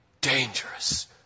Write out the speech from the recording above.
dangerous